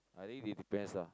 I think it depends lah